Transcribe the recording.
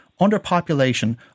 underpopulation